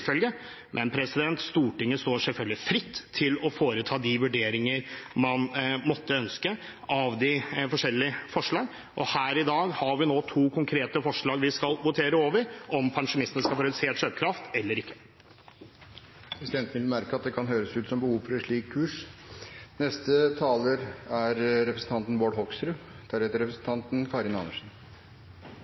følger de lover som til enhver tid gjelder, synes jeg er bra, og det tar jeg som en selvfølge, men Stortinget står selvfølgelig fritt til å foreta de vurderinger man måtte ønske av de forskjellige forslag. Her i dag har vi to konkrete forslag vi skal votere over – om pensjonistene skal få redusert kjøpekraft eller ikke. Presidenten vil bemerke at det kan høres ut som det er behov for et slikt kurs.